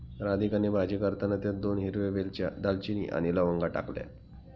राधिकाने भाजी करताना त्यात दोन हिरव्या वेलच्या, दालचिनी आणि लवंगा टाकल्या